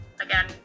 again